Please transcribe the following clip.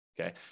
Okay